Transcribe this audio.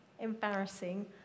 embarrassing